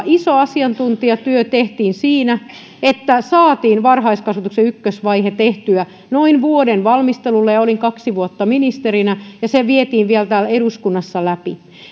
iso asiantuntijatyö tehtiin siinä että saatiin varhaiskasvatuksen ykkösvaihe tehtyä noin vuoden valmistelulla olin kaksi vuotta ministerinä ja se vietiin vielä täällä eduskunnassa läpi